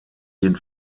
den